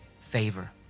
favor